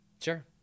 Sure